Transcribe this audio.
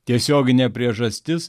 tiesioginė priežastis